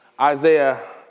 Isaiah